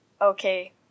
okay